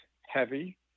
heavy